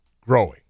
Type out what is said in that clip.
growing